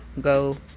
go